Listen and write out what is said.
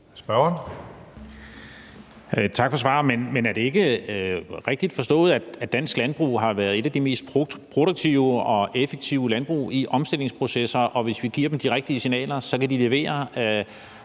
Bach (RV): Tak for svar. Men er det ikke rigtigt forstået, at dansk landbrug har været et af de mest produktive og effektive landbrug i omstillingsprocesser, og at hvis vi giver dem de rigtige signaler, kan de levere